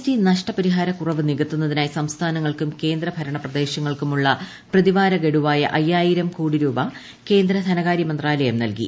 T നഷ്ടപരിഹാരക്കുറവ്പ് നിക്ത്തുന്നതിനായി സംസ്ഥാനങ്ങൾക്കും കേന്ദ്ര ഭരുണ്പ്പൂദേശങ്ങൾക്കുമുള്ള പ്രതിവാര ഗഡുവായ അയ്യായിരു കോടി രൂപ കേന്ദ്ര ധനകാര്യ മന്ത്രാലയം നൽകി